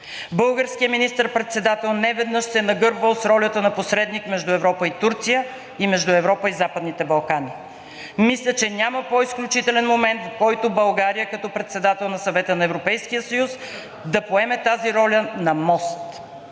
Българският министър-председател неведнъж се е нагърбвал с ролята на посредник между Европа и Турция и между Европа и Западните Балкани. Мисля, че няма по-изключителен момент, в който България като председател на Съвета на Европейския съюз да поеме тази роля на мост.